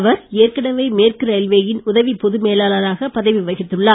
அவர் ஏற்கனவே மேற்கு ரயில்வேயின் உதவிப் பொதுமேலாளராக பதவிவகித்துள்ளார்